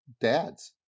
Dads